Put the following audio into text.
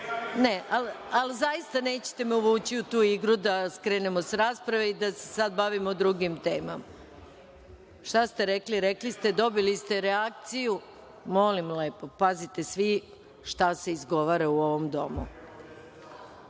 zaista, nećete me uvući u tu igru, da skrenemo s rasprave i da se sada bavimo drugim temama. Šta ste rekli, rekli ste. Dobili ste reakciju. Molim lepo. Pazite svi šta se izgovara u ovom domu.